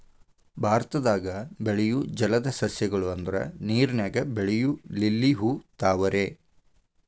ಭಾರತದಾಗ ಬೆಳಿಯು ಜಲದ ಸಸ್ಯ ಗಳು ಅಂದ್ರ ನೇರಿನಾಗ ಬೆಳಿಯು ಲಿಲ್ಲಿ ಹೂ, ತಾವರೆ